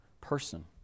person